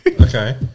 Okay